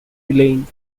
elaine